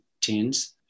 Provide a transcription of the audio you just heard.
teens